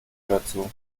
dazu